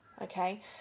okay